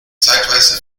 zeitweise